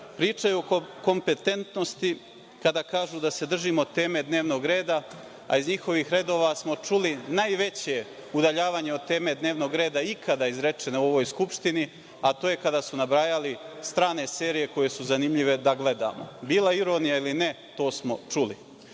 magija. Pričaju o kompetentnosti kada kažu da se držimo teme dnevnog reda, a iz njihovih redova smo čuli najveće udaljavanje o teme dnevnog reda ikada izrečene u ovoj Skupštini, a to je kada su nabrajali strane serije koje su zanimljive da gledamo. Bila ironija ili ne to smo